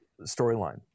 storyline